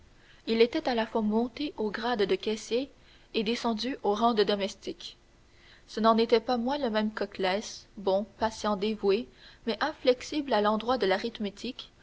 il était à la fois monté au grade de caissier et descendu au rang de domestique ce n'en était pas moins le même coclès bon patient dévoué mais inflexible à l'endroit de l'arithmétique